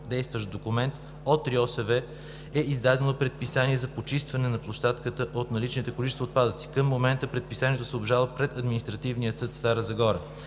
действащ документ от РИОСВ, е издадено предписание за почистване на площадката от наличните количества отпадъци. Към момента предписанието се обжалва пред Административния съд в Стара Загора.